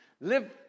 live